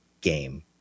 game